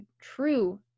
true